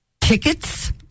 tickets